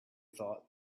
thought